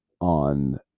on